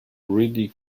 really